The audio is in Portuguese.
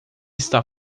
está